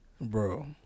Bro